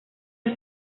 los